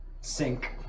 sink